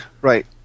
Right